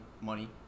money